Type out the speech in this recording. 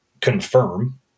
confirm